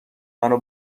منو